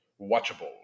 watchable